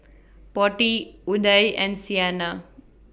Potti Udai and Saina